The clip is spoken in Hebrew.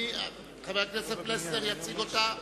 וחבר הכנסת פלסנר יציג אותה.